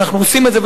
ואנחנו עושים את זה,